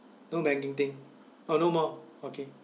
no banking thing oh no more okay